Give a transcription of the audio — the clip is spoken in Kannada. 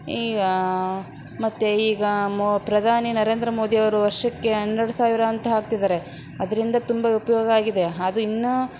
ಈ ಮತ್ತೆ ಈಗ ಮೊ ಪ್ರಧಾನಿ ನರೇಂದ್ರ ಮೋದಿಯವರು ವರ್ಷಕ್ಕೆ ಹನ್ನೆರಡು ಸಾವಿರ ಅಂತ ಹಾಕ್ತಿದ್ದಾರೆ ಅದರಿಂದ ತುಂಬ ಉಪಯೋಗಾಗಿದೆ ಅದು ಇನ್ನೂ